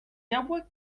jabłek